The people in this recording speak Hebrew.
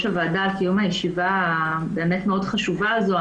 הוועדה על קיום הישיבה באמת המאוד חשובה זו.